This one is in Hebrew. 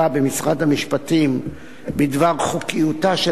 המשפטים בדבר חוקיותה של הצעת החוק,